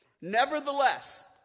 Nevertheless